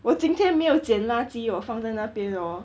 我今天没有捡垃圾我放在那边 hor